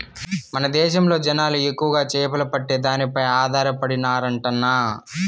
మన దేశంలో జనాలు ఎక్కువగా చేపలు పట్టే దానిపై ఆధారపడినారంటన్నా